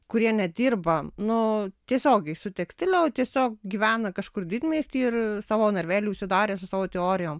kurie nedirba nu tiesiogiai su tekstile nutiesiog gyvena kažkur didmiesty ir savo narvely užsidarę su savo teorijom